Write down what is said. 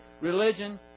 religion